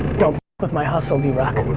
don't with my hustle, drock.